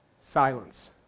silence